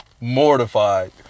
mortified